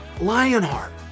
Lionheart